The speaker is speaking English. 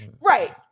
right